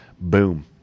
boom